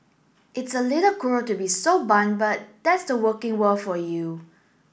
it's a little cruel to be so blunt but that's the working world for you